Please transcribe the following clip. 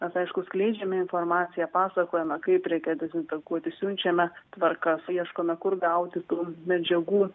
mes aišku skleidžiame informaciją pasakojame kaip reikia dezinfekuoti siunčiame tvarkas ieškome kur gauti tų medžiagų